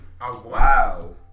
wow